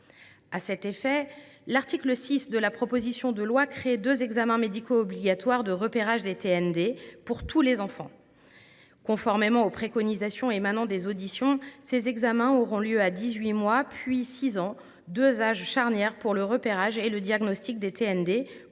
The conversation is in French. À cet effet, l’article 6 de la proposition de loi crée deux examens médicaux obligatoires de repérage des TND, pour tous les enfants. Conformément aux préconisations émanant des auditions, ces examens auront lieu à 18 mois, puis à 6 ans, deux âges charnières pour le repérage et le diagnostic des TND,